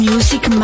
Music